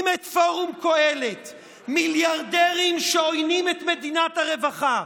את פורום קהלת מיליארדים שעוינים את מדינת הרווחה,